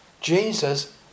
Jesus